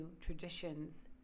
traditions